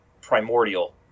Primordial